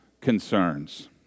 concerns